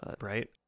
Right